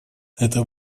эта